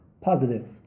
positive